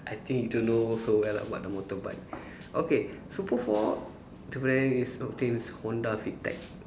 I think you don't know so well about the motorbike okay super four is Honda VTEC